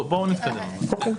בואו נתקדם אבל.